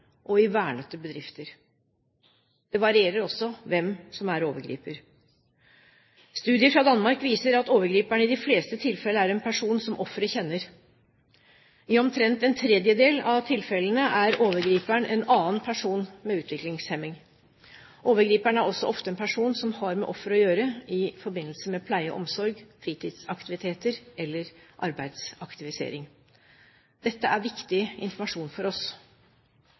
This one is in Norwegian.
og i vernede bedrifter. Det varierer også hvem som er overgriper. Studier fra Danmark viser at overgriperen i de fleste tilfeller er en person som offeret kjenner. I omtrent en tredjedel av tilfellene er overgriperen en annen person med utviklingshemming. Overgriperen er også ofte en person som har med offeret å gjøre i forbindelse med pleie og omsorg, fritidsaktiviteter eller arbeidsaktivisering. Dette er viktig informasjon for oss.